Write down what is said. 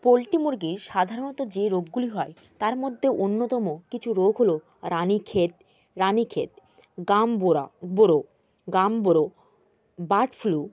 poultry মুরগির সাধারণত যে রোগগুলি হয় তার মধ্যে অন্যতম কিছু রোগ হল রানীক্ষেত রানীক্ষেত গামবোরা বোরো গামবোরো বার্ড ফ্লু